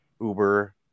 Uber